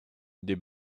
des